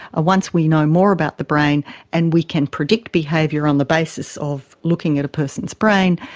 once we know more about the brain and we can predict behaviour on the basis of looking at a person's brain,